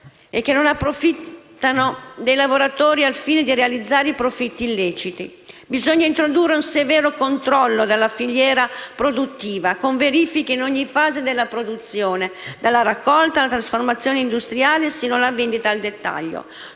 e che non approfittano dei lavoratori al fine di realizzare profitti illeciti. Bisogna introdurre un severo controllo della filiera produttiva, con verifiche in ogni fase della produzione, dalla raccolta alla trasformazione industriale sino alla vendita al dettaglio.